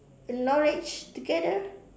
knowledge together